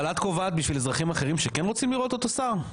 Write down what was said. אבל את קובעת בשביל אזרחים אחרים שכן רוצים לראות אותו שר?